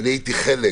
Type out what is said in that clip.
אני הייתי חלק